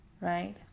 right